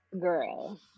Girl